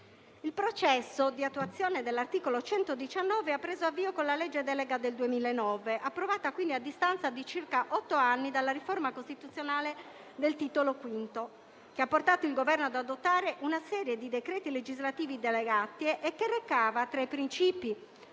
Il processo di attuazione dell'articolo 119 ha preso avvio con la legge delega del 2009, approvata, quindi, a distanza di circa otto anni dalla riforma costituzionale del Titolo V, che ha portato il Governo ad adottare una serie di decreti legislativi delegati e che recava - tra i principi